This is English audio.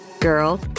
Girl